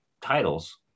titles